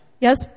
Yes